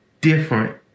different